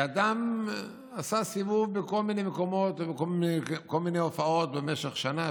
אדם עשה סיבוב בכל מיני מקומות ונתן כל מיני הופעות במשך שנה,